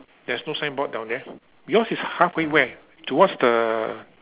there's no signboard down there yours is halfway where towards the